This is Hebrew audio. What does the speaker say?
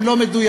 הן לא מדויקות,